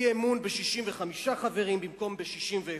אי-אמון ב-65 חברים במקום ב-61.